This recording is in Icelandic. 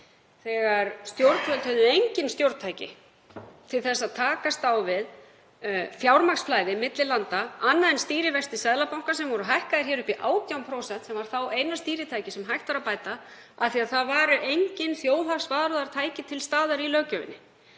þegar stjórnvöld höfðu engin stjórntæki til að takast á við fjármagnsflæði milli landa önnur en stýrivexti Seðlabankans sem voru hækkaðir upp í 18%, sem var þá eina stýritækið sem hægt var að beita af því að það voru engin þjóðhagsvarúðartæki til staðar í löggjöfinni.